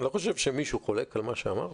לא חושב שמישהו חולק על מה שאמרת.